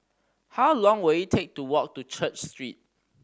how long will it take to walk to Church Street